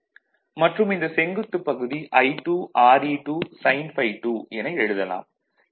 மற்றும் இந்த செங்குத்துப் பகுதி I2 Re2 sin ∅2 என எழுதலாம்